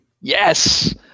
Yes